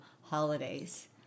holidays